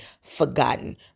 forgotten